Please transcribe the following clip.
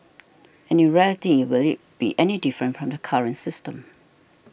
and in reality will it be any different from the current system